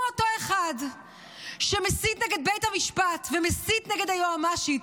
הוא אותו אחד שמסית נגד בית המשפט ומסית נגד היועמ"שית,